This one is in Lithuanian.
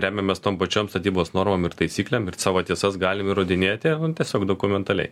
remiamės tom pačiom statybos normom ir taisyklėm ir savo tiesas galim įrodinėti tiesiog dokumentaliai